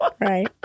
Right